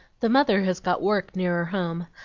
the mother has got work nearer home,